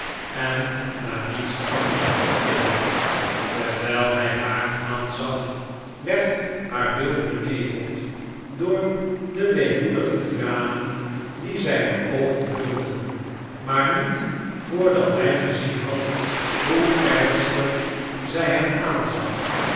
en naar niets anders omkeek terwijl hij haar aanzag werd haar beeld beneveld door de weemoedige tranen die zh'ne oogen vulden maar niet voordat hij gezien had hoe ernstig zij hem aanzag